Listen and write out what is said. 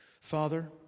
Father